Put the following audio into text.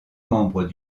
membres